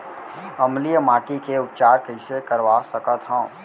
अम्लीय माटी के उपचार कइसे करवा सकत हव?